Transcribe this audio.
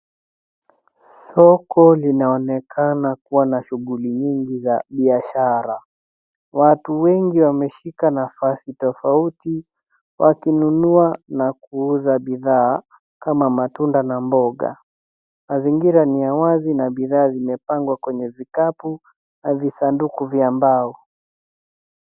Soko linaonekana kuwa na shughuli nyingi za biashara. Watu wengi wameshika nafasi tofauti wakinunua na kuuza bidhaa kama matunda mboga. Mazingira ni ya wazi na bidhaa zimepangwa kwenye vikapu na visanduku vya mbao.